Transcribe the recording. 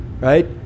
right